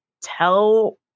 tell